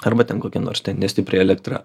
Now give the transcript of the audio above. arba ten kokia nors nestipri elektra